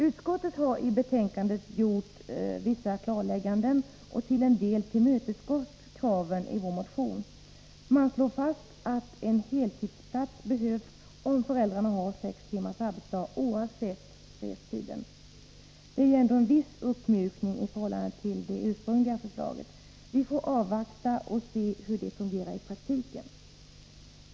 Utskottet har i betänkandet gjort vissa klarlägganden och till en del tillmötesgått kraven i vår motion. Man slår fast att en heltidsplats behövs om föräldrarna har sex timmars arbetsdag, oavsett restiden. Det är en viss uppmjukning i förhållande till det ursprungliga förslaget. Vi får avvakta och se hur det fungerar i praktiken.